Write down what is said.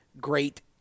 Great